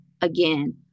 again